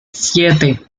siete